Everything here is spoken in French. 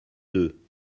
deux